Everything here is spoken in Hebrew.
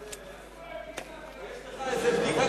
יש לך בדיקה